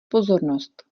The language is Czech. pozornost